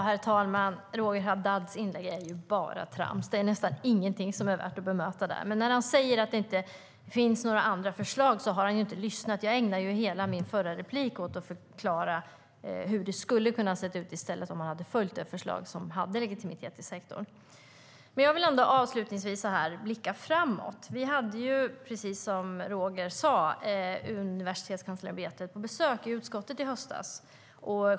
Herr talman! Roger Haddads inlägg är bara trams. Det är nästan ingenting som är värt att bemöta där. När han säger att det inte finns några andra förslag har han inte lyssnat. Jag ägnade hela mitt förra inlägg till att förklara hur det i stället hade kunnat se ut om man följt det förslag som hade legitimitet i sektorn. Jag vill avslutningsvis blicka framåt. Vi hade precis som Roger sade Universitetskanslersämbetet på besök i utskottet i höstas.